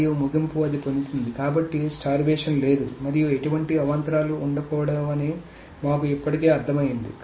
మరియు ముగింపు అది పొందుతుంది కాబట్టి స్టార్వేషన్ లేదు మరియు ఎటువంటి అంతరాయాలు ఉండవని మాకు ఇప్పటికే అర్థమైంది